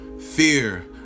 fear